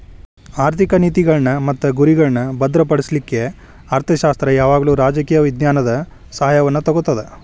ಆರ್ಥಿಕ ನೇತಿಗಳ್ನ್ ಮತ್ತು ಗುರಿಗಳ್ನಾ ಭದ್ರಪಡಿಸ್ಲಿಕ್ಕೆ ಅರ್ಥಶಾಸ್ತ್ರ ಯಾವಾಗಲೂ ರಾಜಕೇಯ ವಿಜ್ಞಾನದ ಸಹಾಯವನ್ನು ತಗೊತದ